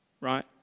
right